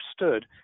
understood